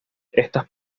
estas